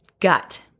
gut